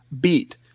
beat